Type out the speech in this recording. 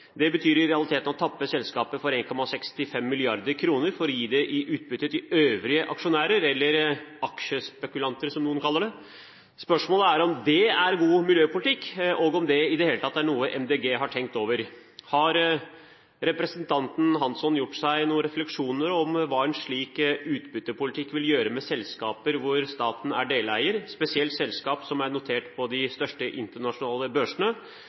Det betyr i realiteten å tappe selskapet for 1,65 mrd. kr for å gi det i utbytte til øvrige aksjonærer, eller aksjespekulanter, som noen kaller det. Spørsmålet er om det er god miljøpolitikk, og om det i det hele tatt er noe Miljøpartiet De Grønne har tenkt over. Har representanten Hansson gjort seg noen refleksjoner over hva en slik utbyttepolitikk vil gjøre med selskaper hvor staten er deleier, spesielt selskaper som er notert på de største internasjonale børsene?